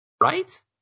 right